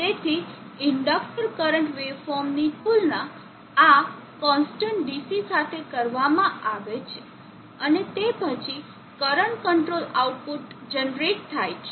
તેથી inductor current વેવફોર્મની તુલના આ કોન્સ્ટન્ટ ડીસી સાથે કરવામાં આવે છે અને તે પછી કરંટ કંટ્રોલ આઉટપુટ જનરેટ થાય છે